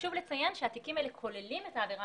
חשוב לציין שהתיקים האלו כוללים את העבירה